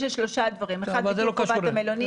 יש שלושה דברים: 1) ביטול חובת המלונית,